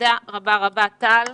תודה רבה, טל.